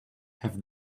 have